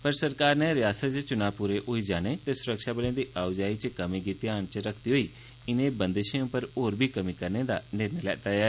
पर सरकार नै रियासत च चुनां पूरे होई जाने ते सुरक्षाबलें दी आओजाई च कमी गी ध्यान च रखदे होई बंदशें उप्पर होर बी कमी करने दा निर्णय लैता ऐ